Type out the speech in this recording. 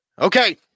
Okay